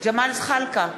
ג'מאל זחאלקה,